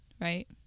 right